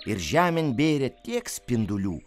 ir žemėn bėrė tiek spindulių